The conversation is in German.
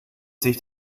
sich